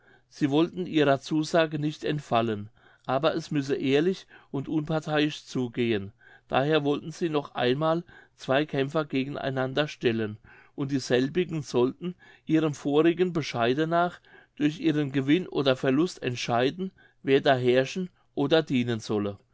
sie wollten ihrer zusage nicht entfallen aber es müsse ehrlich und unparteiisch zugehen daher wollten sie noch einmal zwei kämpfer gegen einander stellen und dieselbigen sollten ihrem vorigen bescheide nach durch ihren gewinn oder verlust entscheiden wer da herrschen oder dienen solle